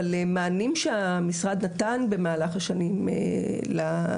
אבל המענים שהמשרד נתן במהלך השנים לצמצום